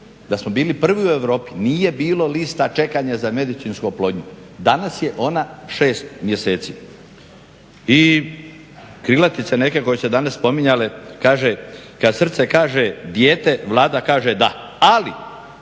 da smo bili prvi u Europi. Nije bilo lista čekanja za medicinsku oplodnju. Danas je ona 6 mjeseci. I krilatice neke koje su se danas spominjale, kaže kad srce kaže dijete, Vlada kaže da. Ali